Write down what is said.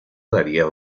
daría